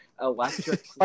electric